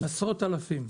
עשרות אלפים,